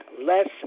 less